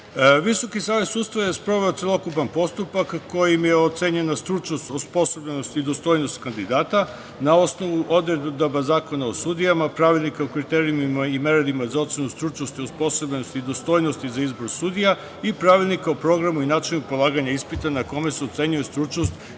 Plani. Visoki savet sudstva je sproveo celokupan postupak kojim je ocenjena stručnost, osposobljenost i dostojnost kandidata, na osnovu odredaba Zakona o sudijama, Pravilnika, kriterijumima i merilima za ocenu stručnosti, osposobljenosti i dostojnosti za izbor sudija i Pravilnika o programu i načinu polaganja ispita na kome se ocenjuje stručnost i osposobljenost kandidata